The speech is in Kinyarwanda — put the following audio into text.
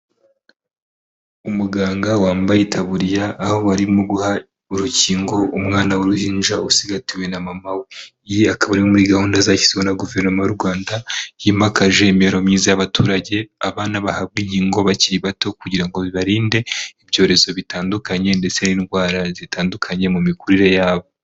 Umuganga wambaye itaburiya, aho barimo guha urukingo umwana w'uruhinja usigatiwe na mama we, iyi akaba ari imwe muri gahunda zashyizweho na Guverinoma y'u Rwanda, yimakaje imibereho myiza y'abaturage, abana bahabwa inkingo bakiri bato, kugira ngo bibarinde ibyorezo bitandukanye, ndetse n'indwara zitandukanye mu mikurire yabo.